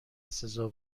سزا